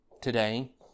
today